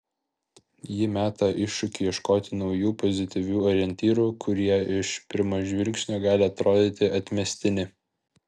ji meta iššūkį ieškoti naujų pozityvių orientyrų kurie iš pirmo žvilgsnio gali atrodyti atmestini